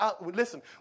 listen